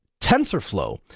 TensorFlow